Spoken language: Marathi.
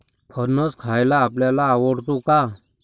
फणस खायला आपल्याला आवडतो का?